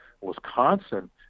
Wisconsin